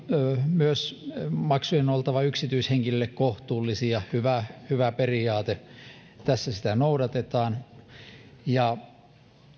myös maksujen oltava yksityishenkilöille kohtuullisia hyvä hyvä periaate ja tässä sitä noudatetaan